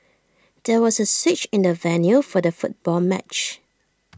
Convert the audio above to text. there was A switch in the venue for the football match